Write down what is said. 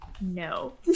No